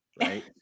right